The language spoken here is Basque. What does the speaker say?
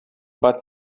bat